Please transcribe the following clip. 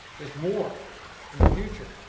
there's more in the future,